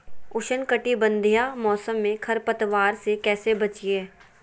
उष्णकटिबंधीय मौसम में खरपतवार से कैसे बचिये?